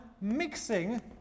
mixing